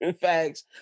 Facts